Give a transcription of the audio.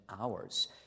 hours